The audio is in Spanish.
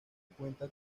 cuenta